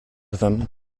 them